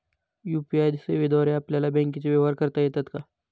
UPI सेवेद्वारे आपल्याला बँकचे व्यवहार करता येतात का?